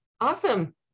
Awesome